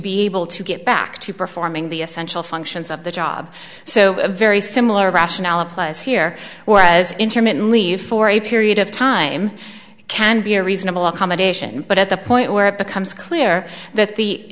be able to get back to performing the essential functions of the job so a very similar rationale applies here whereas intermittently for a period of time can be a reasonable accommodation but at the point where it becomes clear that the